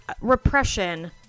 repression